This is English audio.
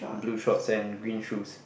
blue shorts and green shoes